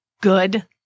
Good